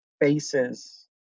faces